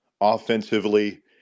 offensively